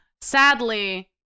Sadly